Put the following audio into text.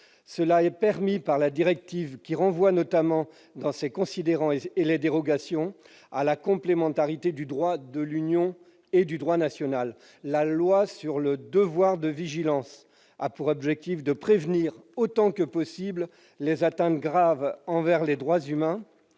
Cela est permis par la directive, qui renvoie, notamment dans ses considérants et ses dérogations, à la complémentarité du droit de l'Union et du droit national. La loi sur le devoir de vigilance a pour objet de prévenir, autant que possible, « les atteintes graves envers les droits humains